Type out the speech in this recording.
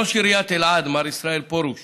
ראש עיריית אלעד מר ישראל פרוש